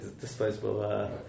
disposable